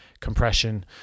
compression